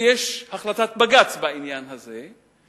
ויש החלטת בג"ץ בעניין הזה,